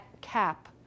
cap